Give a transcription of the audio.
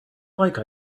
like